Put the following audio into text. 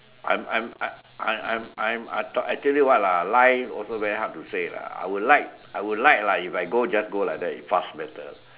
I'm I'm I'm I'm I'm I'm I thought I tell you what lah lie also very hard to say lah I would like I would lah if I go just go like that fast better